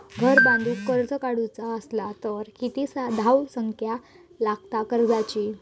घर बांधूक कर्ज काढूचा असला तर किती धावसंख्या लागता कर्जाची?